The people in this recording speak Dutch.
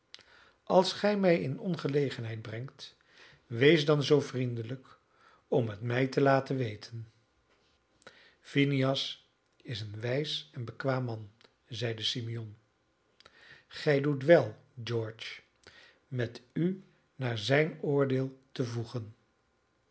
als gij mij in ongelegenheid brengt wees dan zoo vriendelijk om het mij te laten weten phineas is een wijs en bekwaam man zeide simeon gij doet wel george met u naar zijn oordeel te voegen